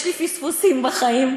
יש לי פספוסים בחיים,